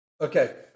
Okay